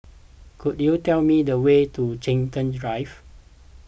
could you tell me the way to Chiltern Drive